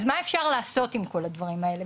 אז מה אפשר לעשות עם כל הנתונים האלה.